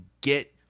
get